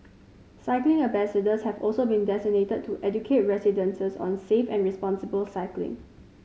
cycling ambassadors have also been designated to educate residents on safe and responsible cycling